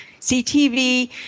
CTV